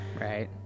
Right